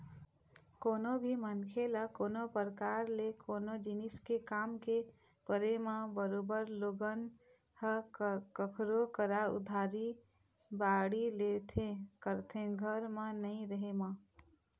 कोनो भी मनखे ल कोनो परकार ले कोनो जिनिस के काम के परे म बरोबर लोगन ह कखरो करा उधारी बाड़ही लेबे करथे घर म नइ रहें म